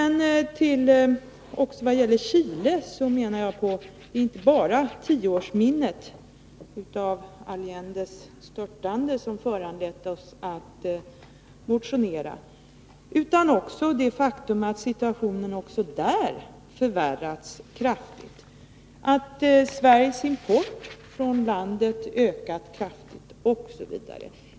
Vad beträffar Chile menar jag att det inte bara är tioårsminnet av Allendes störtande som föranlett oss att motionera utan också det faktum att situationen även där förvärrats kraftigt, att Sveriges import från landet ökat starkt, osv.